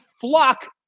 flock